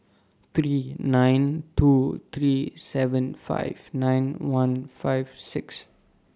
three nine two three seven five nine one five six